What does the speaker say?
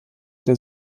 der